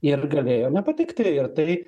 ir galėjo nepatikti ir tai